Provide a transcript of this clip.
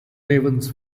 ravens